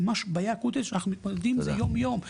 ממש בעיה אקוטית שאנחנו מתמודדים אתה יום-יום.